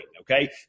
okay